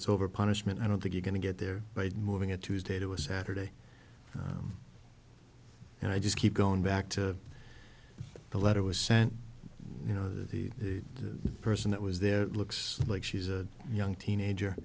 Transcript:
it's over punishment i don't think you're going to get there by morning a tuesday to a saturday and i just keep going back to the letter was sent you know the person that was there looks like she's a young teenager